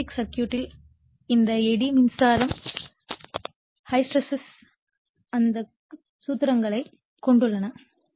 magnetic சர்க்யூட்களில் இந்த eddy மின்சாரமும் ஹிஸ்டரேசிஸ் அந்த சூத்திரங்களை கொடுத்துள்ளேன்